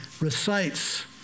recites